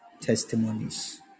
testimonies